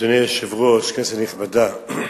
אדוני היושב-ראש, כנסת נכבדה,